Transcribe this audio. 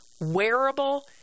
wearable